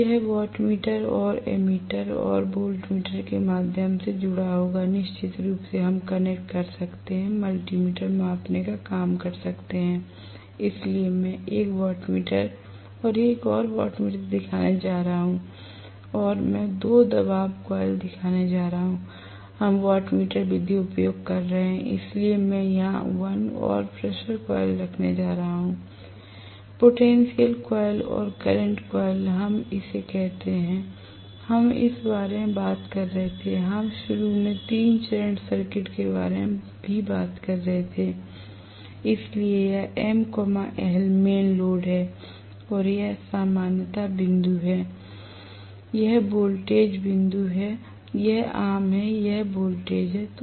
अब यह वाटमीटर और एमीटर और वोल्टमीटर के माध्यम से जुड़ा होगा निश्चित रूप से हम कनेक्ट कर सकते हैं मल्टी मीटर मापने का काम कर सकते हैं इसलिए मैं 1 वाटमीटर 1 और वाटमीटर दिखाने जा रहा हूं और मैं दो दबाव कॉइल दिखाने जा रहा हूं हम वाटमीटर विधि उपयोग कर रहे हैं इसलिए मैं यहां 1 और प्रेशर कॉइल रखने जा रहा हूं पोटेंशियल कॉइल और करंट कॉइल हम इसे कहते हैं हम इस बारे में बात कर रहे थे हम शुरू में 3 चरण सर्किट के बारे में भी बात कर रहे थे इसलिए यह ML मेन लोड है और यह सामान्य बिंदु है और यह वोल्टेज बिंदु है यह आम है यह वोल्टेज है